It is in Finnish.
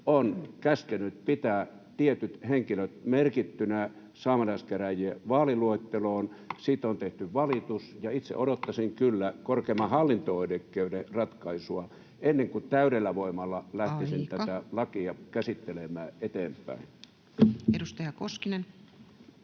on käskenyt pitää tietyt henkilöt merkittynä saamelaiskäräjien vaaliluetteloon. Siitä on tehty valitus. Itse odottaisin kyllä korkeimman hallinto-oikeuden ratkaisua ennen kuin täydellä voimalla lähtisin [Puhemies: Aika!] tätä lakia käsittelemään eteenpäin. [Speech